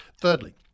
Thirdly